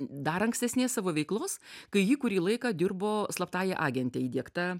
dar ankstesnės savo veiklos kai ji kurį laiką dirbo slaptąja agente įdiegta